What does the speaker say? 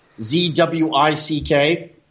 Z-W-I-C-K